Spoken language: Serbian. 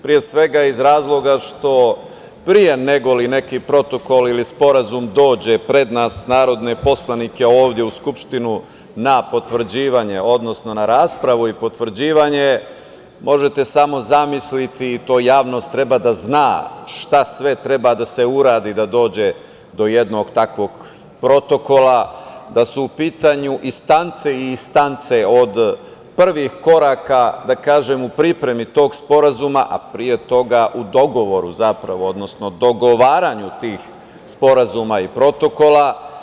Pre svega, iz razloga što pre nego li neki protokol ili sporazum dođe pred nas, narodne poslanike, ovde u Skupštinu na potvrđivanje, odnosno na raspravu i potvrđivanje možete samo zamisliti, i to javnost treba da zna, šta sve treba da se uradi da dođe do jednog takvog protokola, da su u pitanju instance i instance, od prvih koraka, da kažem, u pripremi tog sporazuma, a pre toga u dogovoru, zapravo, odnosno dogovaranju tih sporazuma i protokola.